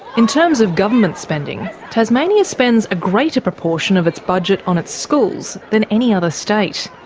in terms of government spending, tasmania spends a greater proportion of its budget on its schools than any other state.